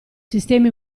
sistemi